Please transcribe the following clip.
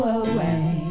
away